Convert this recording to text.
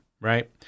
right